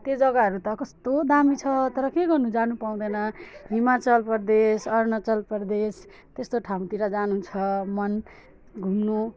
त्यो जग्गाहरू त कस्तो दामी छ तर के गर्नु जानु पाउँदैन हिमाचल प्रदेश अरुणाचल प्रदेश त्यस्तो ठाउँतिर जानु छ मन घुम्नु